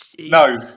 No